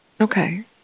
Okay